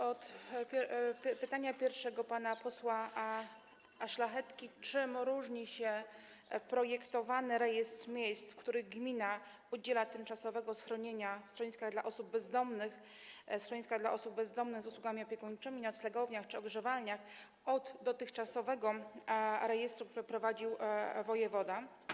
od pytania pierwszego, pana posła Szlachetki, czym różni się projektowany rejestr miejsc, w których gmina udziela tymczasowego schronienia w schroniskach dla osób bezdomnych, w schroniskach dla osób bezdomnych z usługami opiekuńczymi, noclegowniach czy ogrzewalniach, od dotychczasowego rejestru, który prowadził wojewoda.